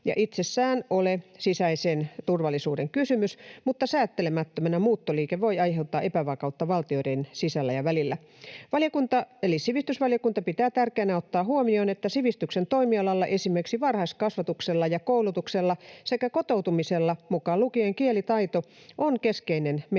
itsessään ole sisäisen turvallisuuden kysymys mutta säätelemättömänä muuttoliike voi aiheuttaa epävakautta valtioiden sisällä ja välillä. Sivistysvaliokunta pitää tärkeänä ottaa huomioon, että sivistyksen toimialalla esimerkiksi varhaiskasvatuksella ja koulutuksella sekä kotoutumisella, mukaan lukien kielitaito, on keskeinen merkitys